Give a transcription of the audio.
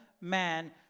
man